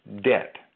debt